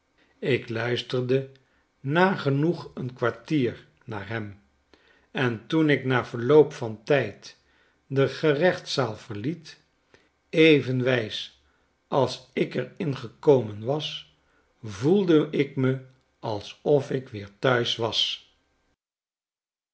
ik luisterde nagenoeg een kwartier naar hem en toen ik na vetioop van dien tijd de gerechtzaal verliet even wijs als ik er in gekomen was voelde ik me alsof ik weer thuis was